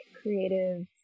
creative